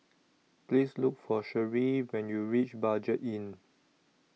Please Look For Sharif when YOU REACH Budget Inn